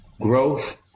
growth